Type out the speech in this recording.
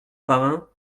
parrain